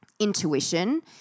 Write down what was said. intuition